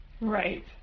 right